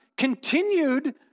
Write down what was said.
continued